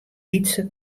lytse